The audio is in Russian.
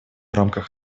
рамках